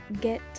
get